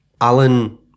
Alan